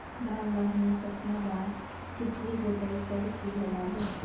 धान ला हमन कतना बार छिछली जोताई कर के लगाबो?